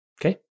Okay